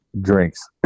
drinks